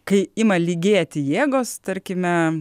kai ima lygėti jėgos tarkime